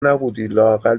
نبودی٬لااقل